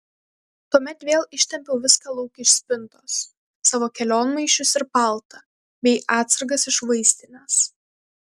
tuomet vėl ištempiau viską lauk iš spintos savo kelionmaišius ir paltą bei atsargas iš vaistinės